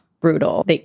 brutal